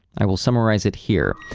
i will summarize it here.